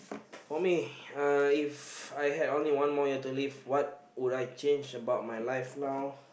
oh me uh If I had only one more year to live now what would I change about my life now